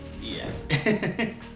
Yes